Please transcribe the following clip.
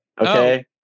Okay